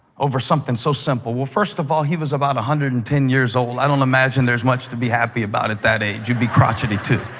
over something so simple? well, first of all, he was about one hundred and ten years old. i don't imagine there's much to be happy about at that age. you'd be crotchety too.